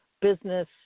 business